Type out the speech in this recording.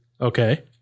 Okay